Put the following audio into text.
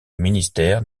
ministère